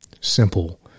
Simple